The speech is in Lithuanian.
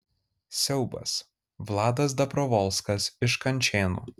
siaubas vladas dabrovolskas iš kančėnų